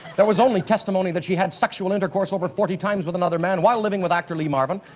there was only testimony that she had sexual intercourse over forty times with another man while living with actor lee marvin.